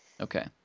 Okay